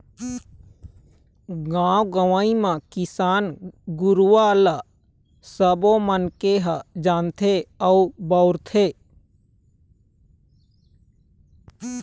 गाँव गंवई म किसान गुरूवा ल सबो मनखे ह जानथे अउ बउरथे